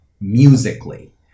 musically